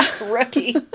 Rookie